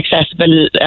accessible